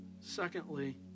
Secondly